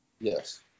Yes